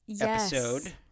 episode